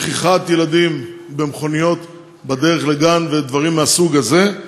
שכיחת ילדים במכוניות בדרך לגן ודברים מהסוג הזה.